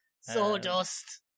sawdust